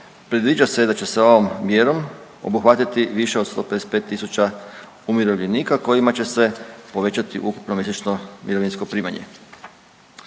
Predviđa se da će se ovom mjerom obuhvatiti više od 155 tisuća umirovljenika kojima će se povećati ukupno mjesečno mirovinsko primanje.